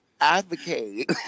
Advocate